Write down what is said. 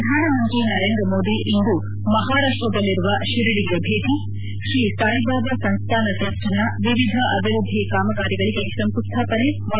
ಪ್ರಧಾನಮಂತ್ರಿ ನರೇಂದ್ರ ಮೋದಿ ಇಂದು ಮಹಾರಾಷ್ಷದಲ್ಲಿರುವ ಶಿರಡಿಗೆ ಭೇಟಿ ಶ್ರೀ ಸಾಯಿಬಾಬಾ ಸಂಸ್ಥಾನ ಟ್ರಸ್ಟ್ನ ವಿವಿಧ ಅಭಿವೃದ್ದಿ ಕಾಮಗಾರಿಗಳಿಗೆ ಶಂಕುಸ್ವಾಪನೆ ಮತ್ತು ನಾಮಫಲಕ ಅನಾವರಣ